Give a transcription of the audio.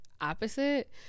opposite